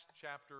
chapter